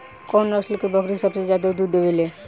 कउन नस्ल के बकरी सबसे ज्यादा दूध देवे लें?